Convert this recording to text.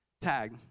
Tag